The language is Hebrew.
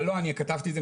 אבל לא אני כתבתי את זה,